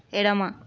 ఎడమ